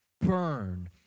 burn